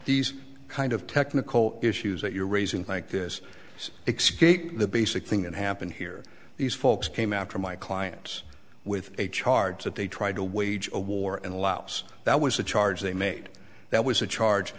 these kind of technical issues that you're raising like this excuse the basic thing that happened here these folks came after my clients with a charge that they tried to wage a war in laos that was a charge they made that was a charge